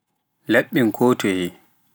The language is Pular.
Laɓɓin ko toye.